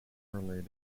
related